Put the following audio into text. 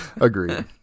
agreed